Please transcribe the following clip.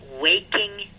waking